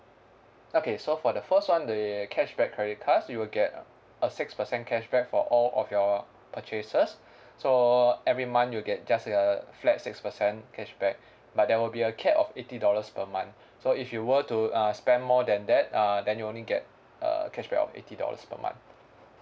okay so for the first one the cashback credit cards you will get a six percent cashback for all of your purchases so every month you get just a flat six percent cashback but there will be a cap of eighty dollars per month so if you were to uh spend more than that uh then you only get uh cashback of eighty dollars per month